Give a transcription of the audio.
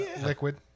liquid